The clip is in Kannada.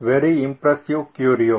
very impressive curio